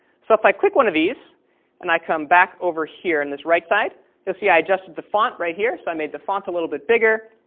so if i click one of these and i come back over here on and this right side you'll see i adjusted the font right here, so i made the font a little bit bigger,